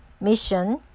mission